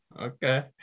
Okay